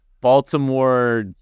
Baltimore